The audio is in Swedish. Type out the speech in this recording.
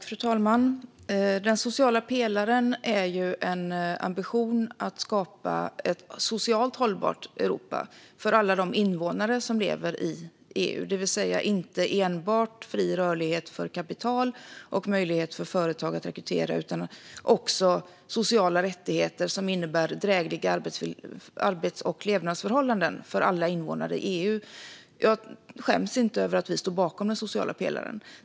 Fru talman! Den sociala pelaren är en ambition att skapa ett socialt hållbart Europa för alla invånare som lever i EU, det vill säga inte enbart fri rörlighet för kapital och möjlighet för företag att rekrytera utan också sociala rättigheter som innebär drägliga arbets och levnadsförhållanden för alla invånare i EU. Jag skäms inte över att vi står bakom den sociala pelaren.